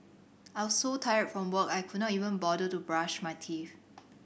I was so tired from work I could not even bother to brush my teeth